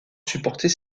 supporter